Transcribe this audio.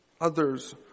others